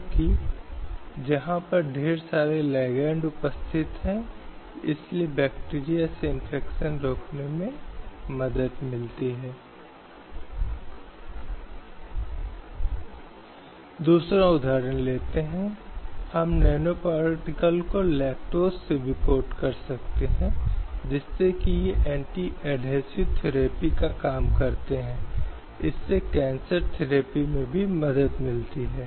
अब वे भाषण और अभिव्यक्ति की स्वतंत्रता सभा करने की स्वतंत्रता संघ बनाने की स्वतंत्रता आंदोलन की स्वतंत्रता निवास करने और बसने की स्वतंत्रता पेशे की स्वतंत्रता व्यापार या व्यवसाय की स्वतंत्रता हैं